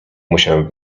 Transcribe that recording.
musiałem